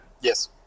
Yes